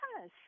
Yes